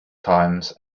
times